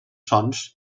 sons